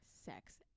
sex